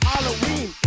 Halloween